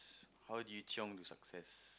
how do you chiong to success